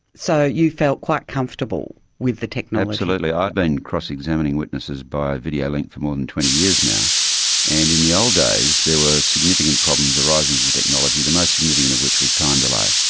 so you felt quite comfortable with the technology? absolutely. i've been cross-examining witnesses via video link for more than twenty years now and in the old days there were significant problems arising with the technology, the most significant of which was time delay,